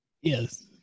Yes